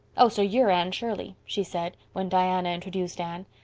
oh, so you're anne shirley? she said, when diana introduced anne.